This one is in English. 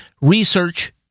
research